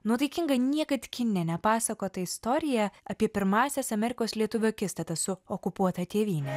nuotaikinga niekad kine nepasakota istorija apie pirmąsias amerikos lietuvių akistatas su okupuota tėvyne